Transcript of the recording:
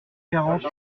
quarante